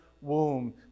womb